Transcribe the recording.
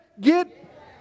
Get